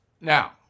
Now